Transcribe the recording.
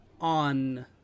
on